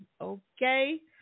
Okay